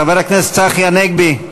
חבר הכנסת צחי הנגבי,